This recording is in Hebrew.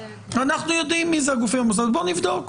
אנחנו יודעים מי אלו הגופים המוסדיים ולכן בואו נבדוק,